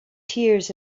tears